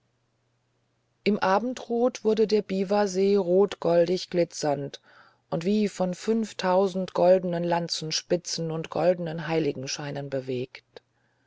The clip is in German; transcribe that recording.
im abendrot wurde der biwasee rotgoldig glitzernd und wie von fünftausend goldenen lanzenspitzen und goldenen heiligenscheinen bewegt